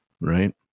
Right